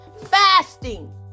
fasting